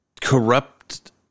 corrupt